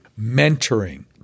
mentoring